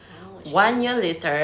!huh! what she do